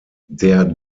der